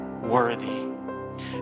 worthy